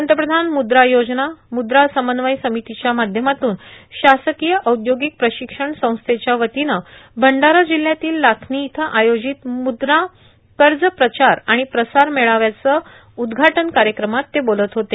पंतप्रधान म्द्रा योजना मुद्रा समन्वय समितीच्या माध्यमातून शासकीय औद्योगिक प्रशिक्षण संस्थेच्या वतीनं भंडारा जिल्ह्यातील लाखनी इथं आयोजित मुद्रा कर्ज प्रचार आणि प्रसार मेळाव्याचं उदघाटन कार्यक्रमात ते बोलत होते